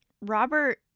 robert